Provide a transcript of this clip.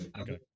okay